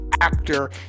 actor